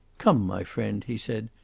come, my friend, he said,